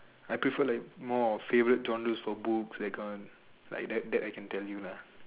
I prefer like more of favorite genres for books like one like that I can tell you